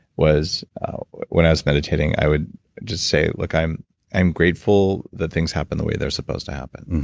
was when i was meditating, i would just say, like i'm i'm grateful that things happen the way they're supposed to happen.